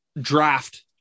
draft